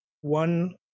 one